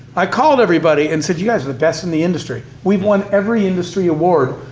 i called everybody and said, you guys are the best in the industry. we've won every industry award.